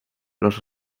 los